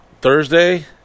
thursday